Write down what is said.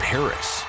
Paris